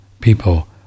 people